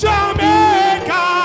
Jamaica